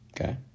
Okay